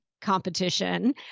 competition